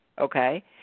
okay